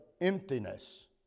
emptiness